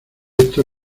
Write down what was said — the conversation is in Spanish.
esto